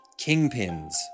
kingpins